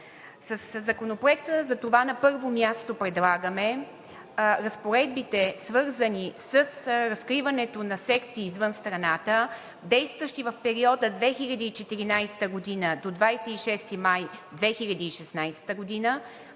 Законопроекта предлагаме разпоредбите, свързани с разкриването на секции извън страната, действащи в периода от 2014 г. до 26 май 2016 г.,